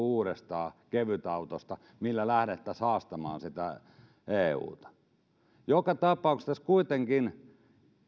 uudestaan sellaisen lakijutun millä lähdettäisiin haastamaan euta joka tapauksessa kuitenkin